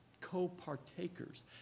co-partakers